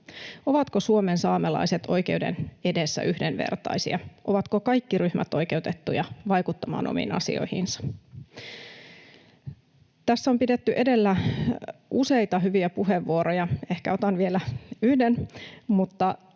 Ovatko Suomen saamelaiset oikeuden edessä yhdenvertaisia? Ovatko kaikki ryhmät oikeutettuja vaikuttamaan omiin asioihinsa? Tässä on pidetty edellä useita hyviä puheenvuoroja — ehkä otan vielä yhden